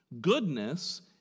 goodness